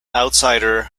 outsider